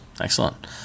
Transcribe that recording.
Excellent